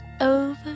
over